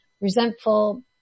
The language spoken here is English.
resentful